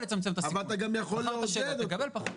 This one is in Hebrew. אבל אתה גם יכול לעודד אותו --- (המשתתפים קוראים קריאות ביניים,